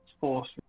force